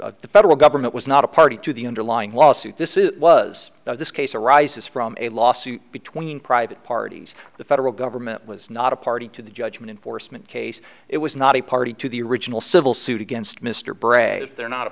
honor the federal government was not a party to the underlying lawsuit this it was this case arises from a lawsuit between private parties the federal government was not a party to the judgment in force mint case it was not a party to the original civil suit against mr bray if they're not a